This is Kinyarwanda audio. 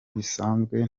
bisanzwe